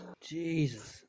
Jesus